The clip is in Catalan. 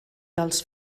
dels